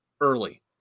early